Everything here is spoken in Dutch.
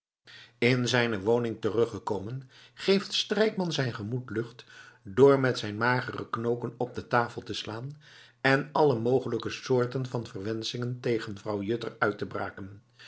in zijne woning teruggekomen geeft strijkman zijn gemoed lucht door met zijn magere knoken op de tafel te slaan en alle mogelijke soorten van verwenschingen tegen vrouw juttner uit te braken